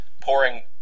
pouring